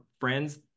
friends